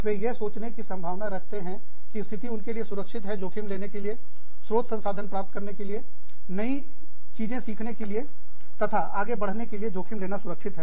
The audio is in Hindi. वे यह सोचने की संभावना रखते हैं कि स्थिति उनके लिए सुरक्षित है जोखिम लेने के लिए स्रोत संसाधन प्राप्त करने के लिए नई चीजें सीखने के लिए तथा आगे बढ़ने के लिए जोखिम लेना सुरक्षित है